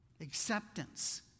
Acceptance